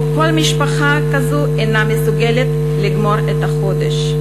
שבו כל משפחה כזו אינה מסוגלת לסגור את החודש.